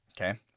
okay